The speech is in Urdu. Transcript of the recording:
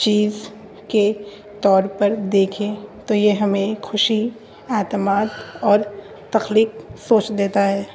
چیز کے طور پر دیکھیں تو یہ ہمیں خوشی اعتماد اور تخلیقی سوچ دیتا ہے